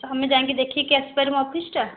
ଆମେ ଯାଇକି ଦେଖିକି ଆସିପାରିବୁ ଅଫିସ୍ଟା